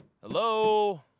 Hello